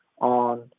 on